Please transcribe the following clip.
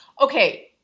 Okay